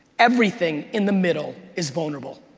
everything in the middle is vulnerable.